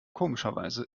komischerweise